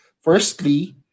firstly